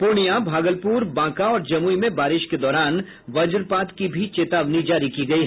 पूर्णिया भागलपुर बांका और जमुई में बारिश के दौरान वज्रपात की भी चेतावनी जारी की गयी है